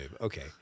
Okay